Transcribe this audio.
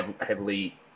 heavily